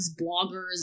bloggers